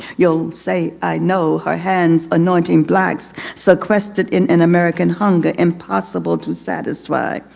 you'll say i know. her hands anointing blacks sequestered in an american hunger, impossible to satisfy.